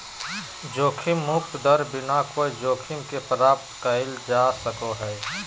जोखिम मुक्त दर बिना कोय जोखिम के प्राप्त कइल जा सको हइ